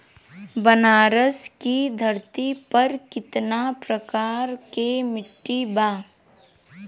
बनारस की धरती पर कितना प्रकार के मिट्टी बा?